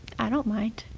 i don't mind.